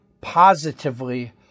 positively